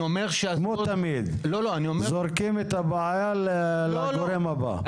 כמו תמיד, זורקים את הבעיה לגורם הבא.